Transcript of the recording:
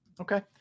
Okay